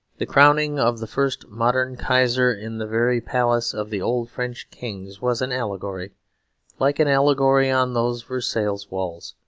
the crowning of the first modern kaiser in the very palace of the old french kings was an allegory like an allegory on those versailles walls.